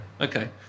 Okay